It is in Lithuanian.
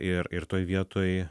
ir ir toj vietoj